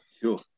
sure